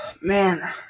man